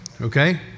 Okay